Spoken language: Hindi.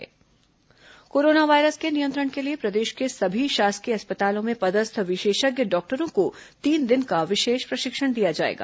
कोरोना चिकित्सक प्रशिक्षण कोरोना वायरस के नियंत्रण के लिए प्रदेश के सभी शासकीय अस्पतालों में पदस्थ विशेषज्ञ डॉक्टरों को तीन दिन का विशेष प्रशिक्षण दिया जाएगा